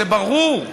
זה ברור.